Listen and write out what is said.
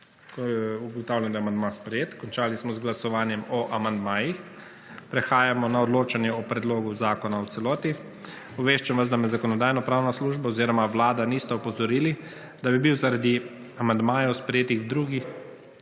1.) Ugotavljam, da je amandma sprejet. Končali smo z glasovanjem o amandmaju. Prehajamo na odločanje o predlogu zakona v celoti. Obveščam vas, da me Zakonodajno-pravna služba oziroma Vlada nista opozorili, da bi bil zaradi amandmajev sprejetih v drugi